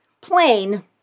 plain